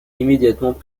immédiatement